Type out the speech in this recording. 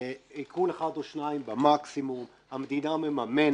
עיקול אחד או שניים מקסימום, המדינה מממנת,